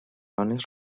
zones